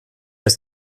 ist